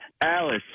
Alice